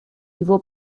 его